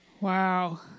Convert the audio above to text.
wow